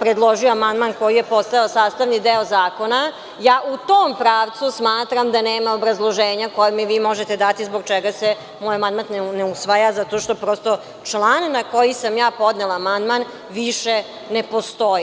predložio amandman koji je postao sastavni deo zakona, ja u tom pravcu smatram da nema obrazloženja koje mi vi možete dati zbog čega se moj amandman ne usvaja zato što prosto član na koji sam ja podnela amandman više ne postoji.